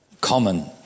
common